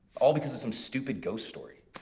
all because of some stupid ghost story.